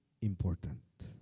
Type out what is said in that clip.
important